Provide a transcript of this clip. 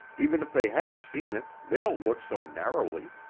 even if they had seen it, they don't look so narrowly!